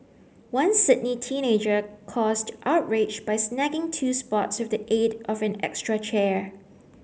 one Sydney teenager caused outrage by snagging two spots with the aid of an extra chair